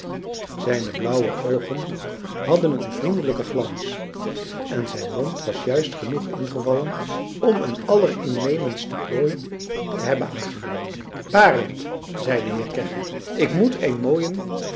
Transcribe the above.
zijne blauwe oogen hadden een vriendelijken glans en zijn mond was juist genoeg ingevallen om een allerinnemendste plooi te hebben aangenomen barend zei de heer kegge ik moet een mooien